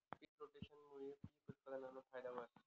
पिक रोटेशनमूये पिक उत्पादनमा फायदा व्हस